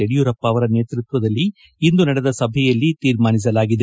ಯಡಿಯೂರಪ್ಪ ಅವರ ನೇತೃತ್ವದಲ್ಲಿ ಇಂದು ನಡೆದ ಸಭೆಯಲ್ಲಿ ತೀರ್ಮಾನಿಸಲಾಗಿದೆ